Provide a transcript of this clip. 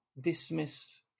dismissed